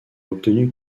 obtenu